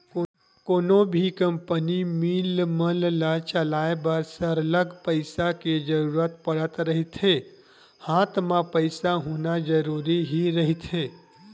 कोनो भी company, mill मन ल चलाय बर सरलग पइसा के जरुरत पड़त रहिथे हात म पइसा होना जरुरी ही रहिथे